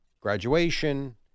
graduation